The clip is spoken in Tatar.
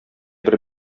бер